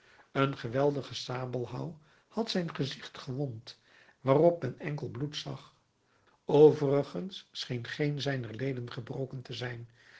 een geweldige sabelhouw had zijn gezicht gewond waarop men enkel bloed zag overigens scheen geen zijner leden gebroken te zijn